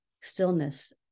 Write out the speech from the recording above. stillness